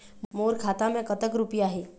मोर खाता मैं कतक रुपया हे?